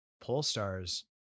Polestar's